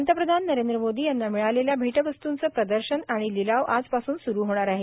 पंतप्रधान नरेंद्र मोदी यांना मिळालेल्या भेटवस्तूंचं प्रदर्शन आणि लिलाव आजपासून स्रू होणार आहे